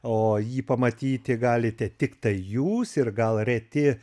o jį pamatyti galite tiktai jūs ir gal reti